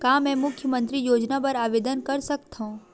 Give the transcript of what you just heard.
का मैं मुख्यमंतरी योजना बर आवेदन कर सकथव?